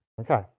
Okay